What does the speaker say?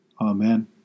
Amen